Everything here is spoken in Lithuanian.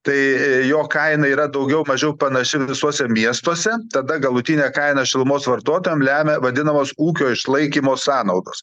tai jo kaina yra daugiau mažiau panaši visuose miestuose tada galutinę kainą šilumos vartotojam lemia vadinamos ūkio išlaikymo sąnaudos